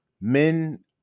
men